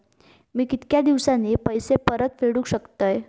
मी कीतक्या दिवसांनी पैसे परत फेडुक शकतय?